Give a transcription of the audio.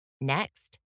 Next